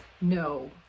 No